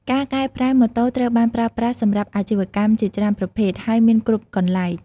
ការកែប្រែម៉ូតូត្រូវបានប្រើប្រាស់សម្រាប់អាជីវកម្មជាច្រើនប្រភេទ ហើយមានគ្រប់កន្លែង។